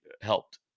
helped